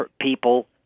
people